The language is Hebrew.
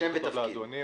אדוני,